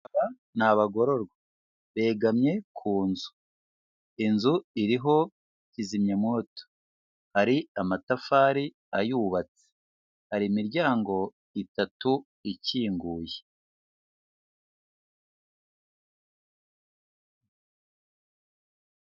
Aba ni abagororwa, begamye ku nzu, inzu iriho kizimyamoto, hari amatafari ayubatse, hari imiryango itatu ikinguye.